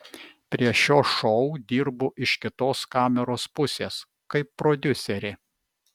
prie šio šou dirbu iš kitos kameros pusės kaip prodiuserė